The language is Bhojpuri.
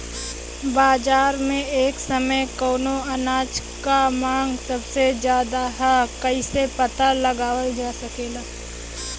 बाजार में एक समय कवने अनाज क मांग सबसे ज्यादा ह कइसे पता लगावल जा सकेला?